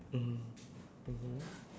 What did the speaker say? mm mmhmm